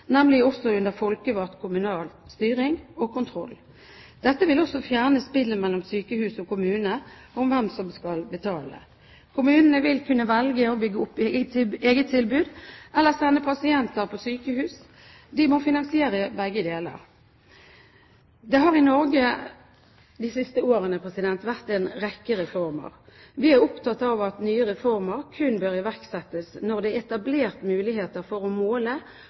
nemlig under folkevalgt kommunal styring og kontroll. Dette vil også fjerne spillet mellom sykehus og kommune om hvem som skal betale. Kommunene vil kunne velge å bygge opp eget tilbud eller å sende pasienten på sykehus. De må finansiere begge deler. Det har i Norge de siste årene vært en rekke reformer. Vi er opptatt av at nye reformer kun bør iverksettes når det er etablert muligheter for å måle